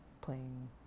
playing